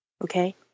okay